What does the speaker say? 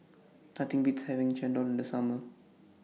Nothing Beats having Chendol in The Summer